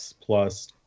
plus